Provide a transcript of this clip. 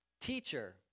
Teacher